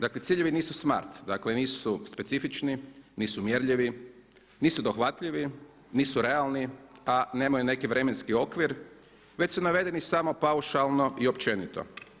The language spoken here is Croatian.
Dakle ciljevi nisu smart, dakle nisu specifični, nisu mjerljivi, nisu dohvatljivi, nisu realni a nemaju neki vremenski okvir već su navedeni samo paušalno i općenito.